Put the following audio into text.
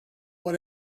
what